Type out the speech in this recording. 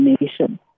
nation